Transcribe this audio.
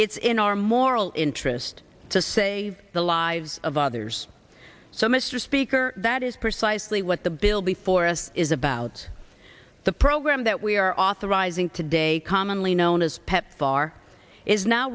it's in our moral interest to say the lives of others so mr speaker that is precisely what the bill before us is about the program that we are authorizing today commonly known as pepfar is now